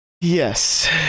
yes